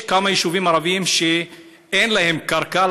יש כמה יישובים שאין להם קרקע,